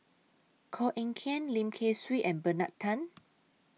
Koh Eng Kian Lim Kay Siu and Bernard Tan